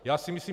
Já si myslím